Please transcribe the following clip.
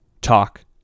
talk